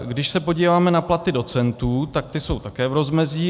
Když se podíváme na platy docentů, tak ty jsou také v rozmezí.